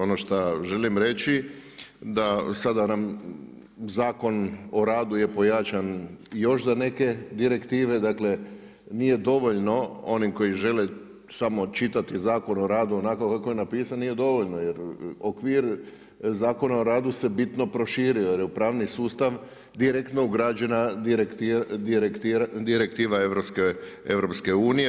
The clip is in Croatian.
Ono šta želim reći da sad nam Zakon o radu je pojačan još za neke direktive, dakle nije dovoljno onim koji žele samo čitati Zakon o radu onako kako je napisan, nije dovoljno jer okvir Zakona o radu se bitno proširio jer je u pravni sustav direktno ugrađena direktiva EU-a.